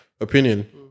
opinion